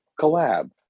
collab